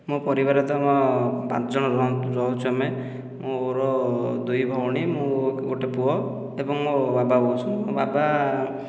ମୋ ପରିବାରରେ ତୁମ ପାଞ୍ଚଜଣ ରହୁଛୁ ଆମେ ମୋର ଦୁଇ ଭଉଣୀ ମୁଁ ଗୋଟିଏ ପୁଅ ଏବଂ ମୋ ବାବା ବୋଉ ଅଛନ୍ତି ମୋ ବାବା